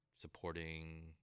supporting